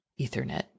Ethernet